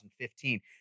2015